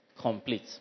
complete